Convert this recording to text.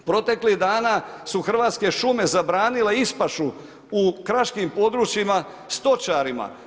Proteklih dana su Hrvatske šume zabranile ispašu u kraškim područjima stočarima.